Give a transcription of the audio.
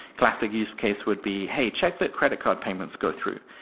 classic use case would be, hey, check that credit card payments go through.